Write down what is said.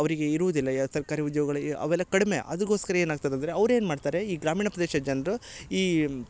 ಅವರಿಗೆ ಇರುದಿಲ್ಲ ಯಾವ ಸರ್ಕಾರಿ ಉದ್ಯೋಗಳೆ ಯಾ ಅವೆಲ್ಲ ಕಡ್ಮೆ ಅದುಕೋಸ್ಕರ ಏನಾಗ್ತದ ಅಂದರೆ ಅವ್ರು ಏನು ಮಾಡ್ತಾರೆ ಈ ಗ್ರಾಮೀಣ ಪ್ರದೇಶದ ಜನರು ಈ